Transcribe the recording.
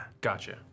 Gotcha